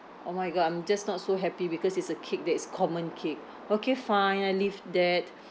oh my god I'm just not so happy because it's a cake that is common cake okay fine I leave that